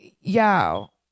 Y'all